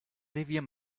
revier